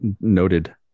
noted